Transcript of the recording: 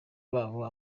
babonye